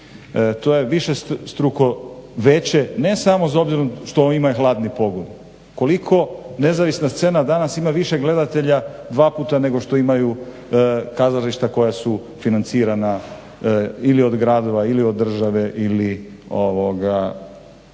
To je višestruko veće, ne samo s obzirom što oni imaju hladni pogon. Koliko nezavisna scena danas ima više gledatelja, dva puta nego što imaju kazališta koja su financirala ili od gradova ili od države ili